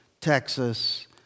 Texas